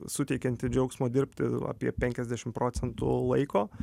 suteikianti džiaugsmo dirbti apie penkiasdešimt procentų laiko